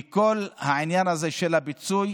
כי כל העניין הזה של הפיצוי